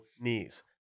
knees